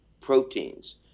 proteins